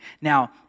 Now